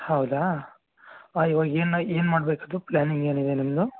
ಹೌದಾ ಹಾಂ ಇವಾಗೇನು ಏನು ಮಾಡಬೇಕದು ಪ್ಲಾನಿಂಗ್ ಏನಿದೆ ನಿಮ್ಮದು